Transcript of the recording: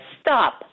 stop